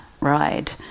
ride